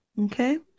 Okay